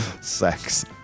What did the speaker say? Sex